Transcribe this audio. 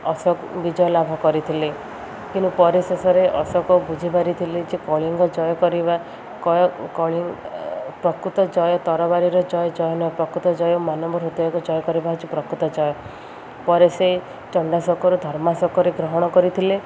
ଅଶୋକ ବିଜୟ ଲାଭ କରିଥିଲେ କିନ୍ତୁ ପରେ ଶେଷରେ ଅଶୋକ ବୁଝିପାରିଥିଲେି ଯେ କଳିଙ୍ଗ ଜୟ କରିବା ପ୍ରକୃତ ଜୟ ତରବାରୀର ଜୟ ଜୟ ନୁହେଁ ପ୍ରକୃତ ଜୟ ମାନବ ହୃଦୟ ଜୟ କରିବା ହେଉଛି ପ୍ରକୃତ ଜୟ ପରେ ସେ ଚଣ୍ଡାଶୋକରୁ ଧର୍ମାଶୋକରେ ଗ୍ରହଣ କରିଥିଲେ